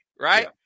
right